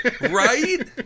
Right